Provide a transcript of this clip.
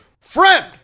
friend